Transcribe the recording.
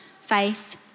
faith